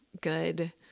good